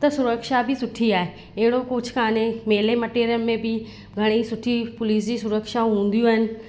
त सुरक्षा बि सुठी आहे अहिड़ो कुझु कोन्हे मेले मटेरे में बि घणेई सुठी पुलिस जी सुरक्षाऊं हूंदियूं आहिनि